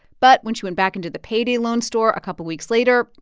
but when she went back into the payday loan store a couple weeks later,